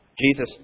Jesus